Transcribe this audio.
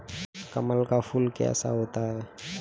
कमल का फूल कैसा होता है?